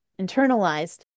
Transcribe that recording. internalized